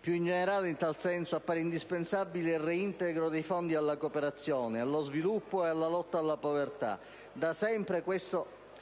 Più in generale, in tal senso appare indispensabile il reintegro dei fondi alla cooperazione allo sviluppo e alla lotta alla povertà, da sempre da questo